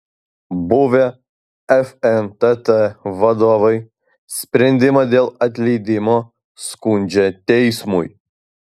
buvę fntt vadovai sprendimą dėl atleidimo skundžia teismui